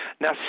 Now